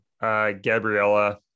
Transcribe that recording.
Gabriella